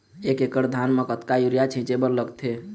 एक एकड़ धान म कतका यूरिया छींचे बर लगथे?